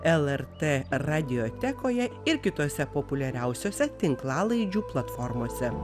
lrt radiotekoje ir kitose populiariausiose tinklalaidžių platformose